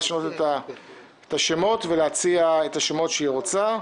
לשנות את השמות ולהציע את השמות שהיא רוצה.